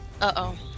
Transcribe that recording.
Uh-oh